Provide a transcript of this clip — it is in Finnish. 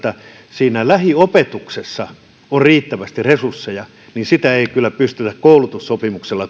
siinä lähiopetuksessa on riittävästi resursseja niin sitä ei kyllä pystytä koulutussopimuksella